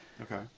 Okay